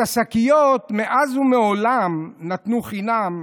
את השקיות מאז ומעולם נתנו חינם,